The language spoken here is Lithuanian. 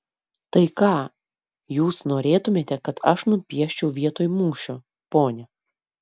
tai ką jūs norėtumėte kad aš nupieščiau vietoj mūšio ponia